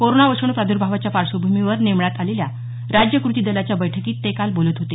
corona विषाणू प्रादुर्भावाच्या पार्श्वभूमीवर नेमण्यात आलेल्या राज्य कृती दलाच्या बैठकीत ते काल बोलत होते